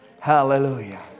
Hallelujah